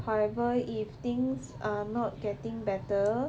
however if things are not getting better